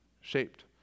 shaped